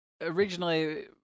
originally